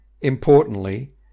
importantly